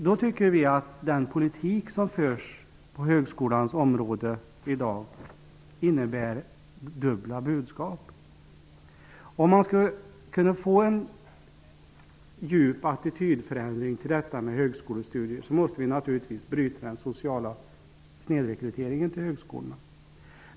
Vi tycker att den politik som förs på högskolans område i dag innebär dubbla budskap. Om man skall kunna få en djup attitydförändring till högskolestudier måste vi naturligtvis bryta den sociala snedrekryteringen till högskolorna.